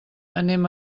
anem